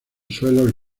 suelos